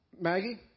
Maggie